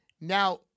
Now